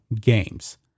games